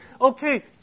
Okay